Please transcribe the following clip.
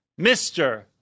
Mr